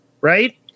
Right